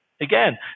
again